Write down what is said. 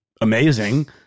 amazing